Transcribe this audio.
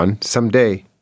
Someday